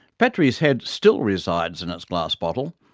petrie's head still resides in its glass bottle,